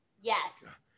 Yes